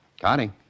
Connie